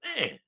Man